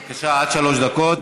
בבקשה, עד שלוש דקות.